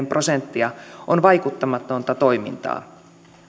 prosenttia on vaikuttamatonta toimintaa